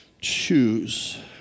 choose